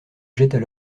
jettent